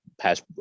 pass